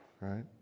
right